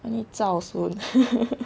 I need zao soon